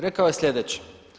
Rekao je sljedeće.